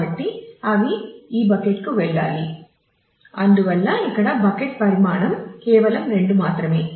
కాబట్టి అవి ఈ బకెట్కి వెళ్లాలి అందువల్ల ఇక్కడ బకెట్ పరిమాణం కేవలం 2 మాత్రమే